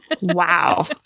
Wow